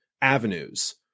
avenues